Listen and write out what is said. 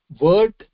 word